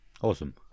awesome